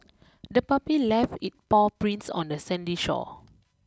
the puppy left it paw prints on the sandy shore